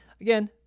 Again